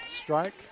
strike